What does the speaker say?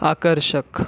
आकर्षक